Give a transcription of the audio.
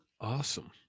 awesome